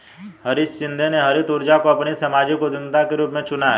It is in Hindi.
हरीश शिंदे ने हरित ऊर्जा को अपनी सामाजिक उद्यमिता के रूप में चुना है